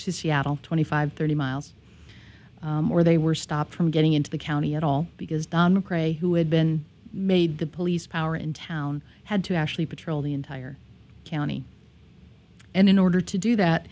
to seattle twenty five thirty miles or they were stopped from getting into the county at all because the who had been made the police power in town had to actually patrol the entire county and in order to do that